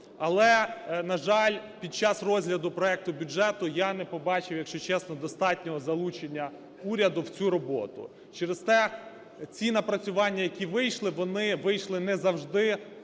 Але, на жаль, під час розгляду проекту бюджету я не побачив, якщо чесно, достатнього залучення уряду в цю роботу. Через те ці напрацювання, які вийшли, вони вийшли не завжди